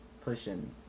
Pushing